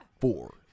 Four